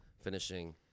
finishing